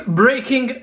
breaking